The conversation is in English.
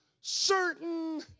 certain